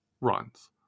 runs